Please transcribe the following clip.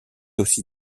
aussi